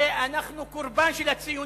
כן, הרי אנחנו קורבן של הציונות.